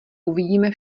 uvidíme